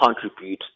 contribute